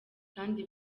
kandi